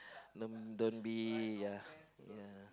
don't don't be ya ya